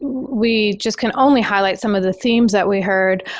we just can only highlight some of the themes that we heard.